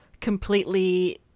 completely